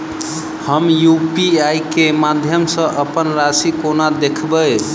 हम यु.पी.आई केँ माध्यम सँ अप्पन राशि कोना देखबै?